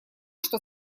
что